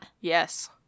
Yes